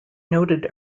noted